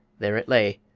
there it lay,